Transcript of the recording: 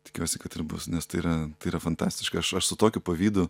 tikiuosi kad ir bus nes tai yra yra fantastiška aš aš su tokiu pavydu